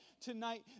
tonight